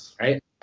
right